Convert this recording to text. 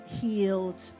healed